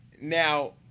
Now